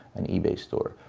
an ebay store,